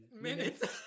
minutes